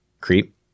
creep